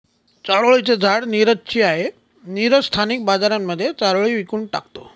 चारोळी चे झाड नीरज ची आहे, नीरज स्थानिक बाजारांमध्ये चारोळी विकून टाकतो